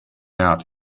out